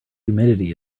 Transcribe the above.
humidity